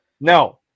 No